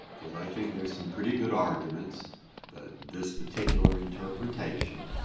because i think there's some pretty good arguments that this particular interpretation,